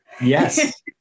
Yes